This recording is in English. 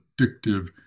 addictive